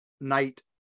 night